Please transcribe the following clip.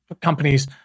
companies